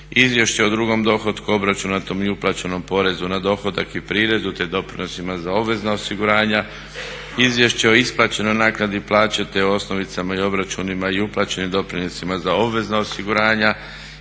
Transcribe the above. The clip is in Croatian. izvješću o drugom dohotku, obračunatom i uplaćenom porezu na dohodak i prirezu, te doprinosima za obvezna osiguranja, izvješće o isplaćenoj naknadi plaće, te o osnovicama i obračunima i uplaćenim doprinosima za obvezna osiguranja,